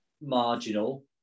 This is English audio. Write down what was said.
marginal